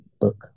book